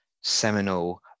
seminal